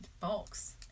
Folks